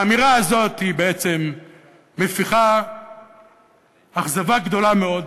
האמירה הזאת בעצם מפיחה אכזבה גדולה מאוד,